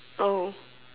oh